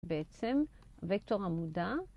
בעצם וקטור עמודה,